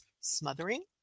smothering